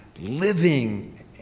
living